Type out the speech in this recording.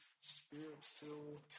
Spirit-filled